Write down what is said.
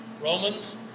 Romans